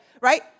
Right